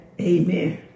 Amen